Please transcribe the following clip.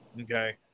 Okay